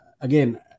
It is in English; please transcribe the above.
again